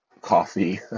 coffee